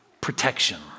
protection